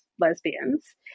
lesbians